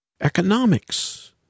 economics